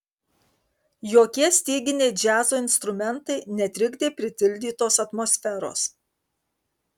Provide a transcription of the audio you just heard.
jokie styginiai džiazo instrumentai netrikdė pritildytos atmosferos